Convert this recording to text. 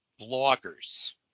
bloggers